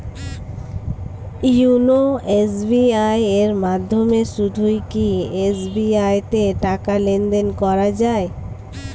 YONO SBI এর মাধ্যমে শুধুই কি এস.বি.আই তে টাকা লেনদেন করা যায়?